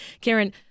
Karen